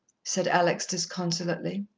said alex disconsolately.